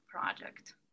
project